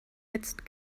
jetzt